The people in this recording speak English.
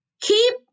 keep